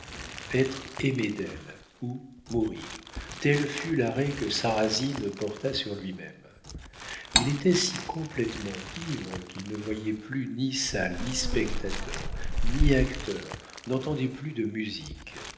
être aimé d'elle ou mourir tel fut l'arrêt que sarrasine porta sur lui-même il était si complétement ivre qu'il ne voyait plus ni salle ni spectateurs ni acteurs n'entendait plus de musique